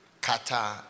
Qatar